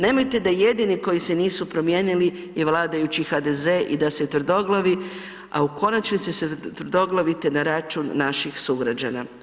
Nemojte da jedini koji se nisu promijenili je vladajući HDZ i da ste tvrdoglavi, a u konačnici se tvrdoglavite na račun naših sugrađana.